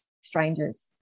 strangers